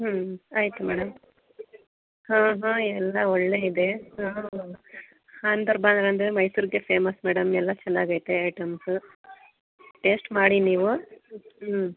ಹ್ಞೂ ಆಯಿತು ಮೇಡಮ್ ಹಾಂ ಹಾಂ ಎಲ್ಲ ಒಳ್ಳೆ ಇದೆ ಅಂದರ್ ಬಾಹರ್ ಅಂದರೆ ಮೈಸೂರಿಗೆ ಫೇಮಸ್ ಮೇಡಮ್ ಎಲ್ಲ ಚೆನ್ನಾಗೆ ಐತೆ ಐಟಮ್ಸ್ ಟೇಸ್ಟ್ ಮಾಡಿ ನೀವು ಹ್ಞೂ